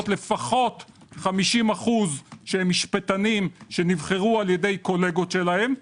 לפחות 50% של משפטנים שנבחרו על ידי קולגות שלהם.